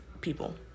people